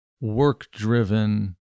work-driven